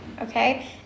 okay